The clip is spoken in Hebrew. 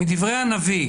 מדברי הנביא,